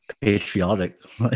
Patriotic